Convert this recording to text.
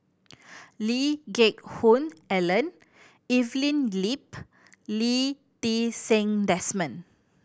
Lee Geck Hoon Ellen Evelyn Lip Lee Ti Seng Desmond